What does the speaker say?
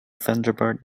thunderbird